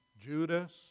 Judas